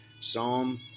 Psalm